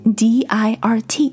dirt